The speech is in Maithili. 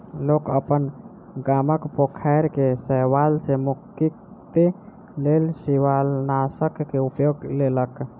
लोक अपन गामक पोखैर के शैवाल सॅ मुक्तिक लेल शिवालनाशक के उपयोग केलक